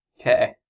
Okay